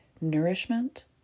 nourishment